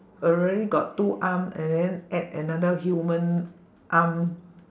already got two arm and then add another human arm